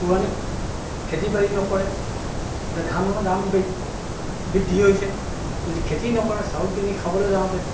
পৌৰাণিক খেতি বাতি নকৰে এতিয়া ধানৰ দাম বৃদ্ধি হৈছে যদি খেতি নকৰে খেতি কৰি খাবলৈ যাওঁতে